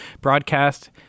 broadcast